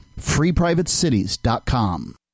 FreePrivateCities.com